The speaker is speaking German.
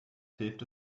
hilft